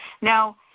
Now